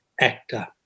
actor